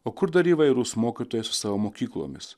o kur dar įvairūs mokytojai su savo mokyklomis